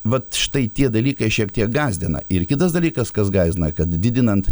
vat štai tie dalykai šiek tiek gąsdina ir kitas dalykas kas gąsdina kad didinant